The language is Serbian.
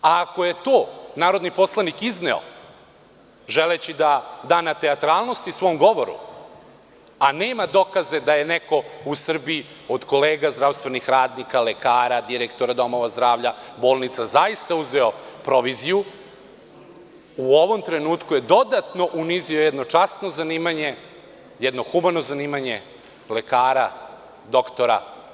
Ako je to narodni poslanik izneo želeći da da na teatralnosti svom govoru, a nema dokaze da je neko u Srbiji od kolega zdravstvenih radnika, lekara, direktora domova zdravlja, bolnica, zaista uzeo proviziju, u ovom trenutku je dodatno unizio jedno časno zanimanje, jedno humano zanimanje lekara, doktora.